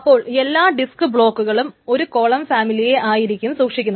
അപ്പോൾ എല്ലാ ഡിസ്ക് ബ്ലോക്കുകളും ഒരു കോളം ഫാമിലിയെ ആയിരിക്കും സൂക്ഷിക്കുന്നത്